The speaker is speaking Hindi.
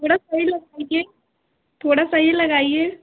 थोड़ा सही लगाइए थोड़ा सही लगाइए